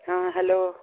हँ हेलो